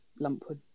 lumpwood